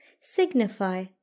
signify